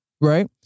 Right